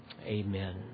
Amen